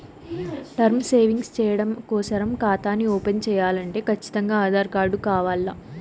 term savings చెయ్యడం కోసరం కాతాని ఓపన్ చేయాలంటే కచ్చితంగా ఆధార్ కార్డు కావాల్ల